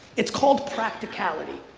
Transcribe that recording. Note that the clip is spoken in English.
it's called practicality.